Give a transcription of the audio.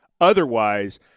Otherwise